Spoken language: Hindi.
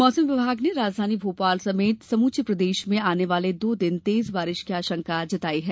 मौसम विभाग ने राजधानी भोपाल समेत समूचे प्रदेश में आने वाले दो दिन तेज़ बारिश की आशंका जताई है